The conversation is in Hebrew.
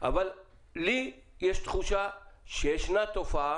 אבל לי יש תחושה שישנה תופעה,